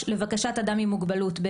לבקשת אדם עם מוגבלות,